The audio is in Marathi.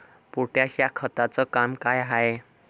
पोटॅश या खताचं काम का हाय?